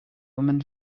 woman